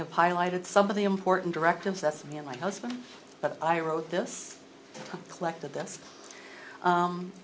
have highlighted some of the important directives that's me and my husband but i wrote this